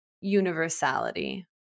universality